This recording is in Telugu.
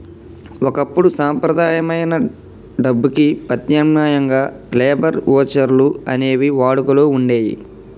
ఒకప్పుడు సంప్రదాయమైన డబ్బుకి ప్రత్యామ్నాయంగా లేబర్ వోచర్లు అనేవి వాడుకలో వుండేయ్యి